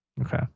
okay